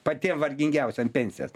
patiem vargingiausiem pensijas